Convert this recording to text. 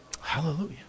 Hallelujah